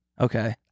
Okay